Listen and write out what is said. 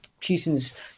Putin's